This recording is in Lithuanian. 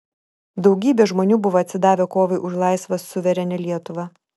daugybė žmonių buvo atsidavę kovai už laisvą suverenią lietuvą